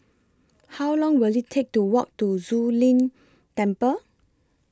How Long Will IT Take to Walk to Zu Lin Temple